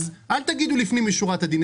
אז אל תגיד לפנים משורת הדין.